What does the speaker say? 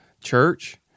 church